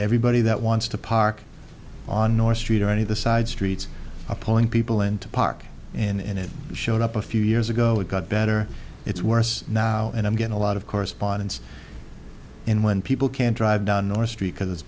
everybody that wants to park on north street or any of the side streets pulling people into park and it showed up a few years ago it got better it's worse now and i'm getting a lot of correspondence in when people can't drive down or street because it's